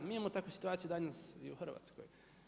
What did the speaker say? Mi imamo takvu situaciju danas i u Hrvatskoj.